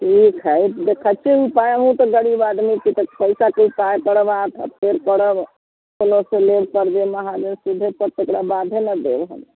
ठीक हय देखैत छी कहुँ तऽ गरीब आदमीके पैसाके काज करब आ फेर करब ककरोसँ लेब कर्जे महाजन सुदे पर तकरा बादे ने देब हम